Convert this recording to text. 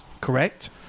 Correct